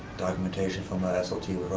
documentation from my sot